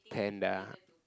panda